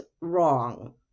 wrong